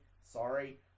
sorry